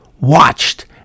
watched